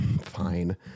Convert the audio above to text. fine